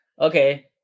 okay